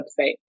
website